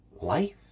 life